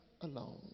alone